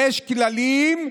יש כללים,